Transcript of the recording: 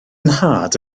nhad